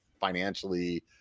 financially